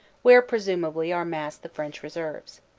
where presumably are massed the french reserves.